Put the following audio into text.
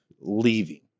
leaving